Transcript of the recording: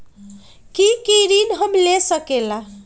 की की ऋण हम ले सकेला?